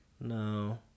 No